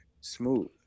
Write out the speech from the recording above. smooth